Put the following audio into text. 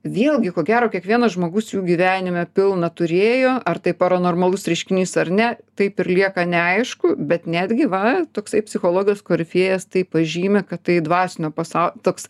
vėlgi ko gero kiekvienas žmogus jų gyvenime pilna turėjo ar tai paranormalus reiškinys ar ne taip ir lieka neaišku bet netgi va toksai psichologijos korifėjas tai pažymi kad tai dvasinio pasa toks